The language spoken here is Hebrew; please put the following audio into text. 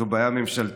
זו בעיה ממשלתית,